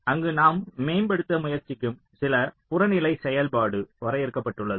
அங்கு நாம் மேம்படுத்த முயற்சிக்கும் சில புறநிலை செயல்பாடு வரையறுக்கப்பட்டுள்ளது